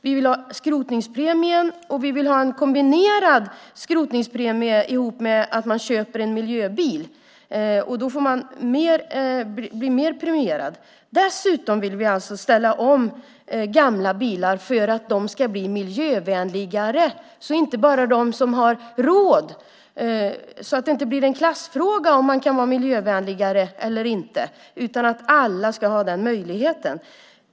Vi vill också ha skrotningspremien, och vi vill ha en kombinerad skrotningspremie ihop med att man köper en miljöbil, vilket gör att man blir mer premierad. Dessutom vill vi alltså ställa om gamla bilar till att bli miljövänligare så att det inte blir en klassfråga om man kan vara miljövänligare eller inte, utan att alla ska ha den möjligheten.